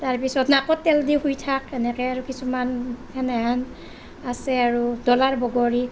তাৰ পিছত নাকত তেল দি শুই থাক এনেকৈ আৰু কিছুমান সেনেহেন আছে আৰু ডলাৰ বগৰী